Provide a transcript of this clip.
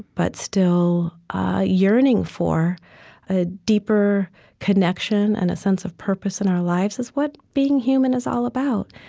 but still yearning for a deeper connection and a sense of purpose in our lives is what being human is all about.